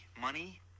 Money